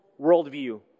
worldview